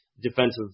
defensive